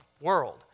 world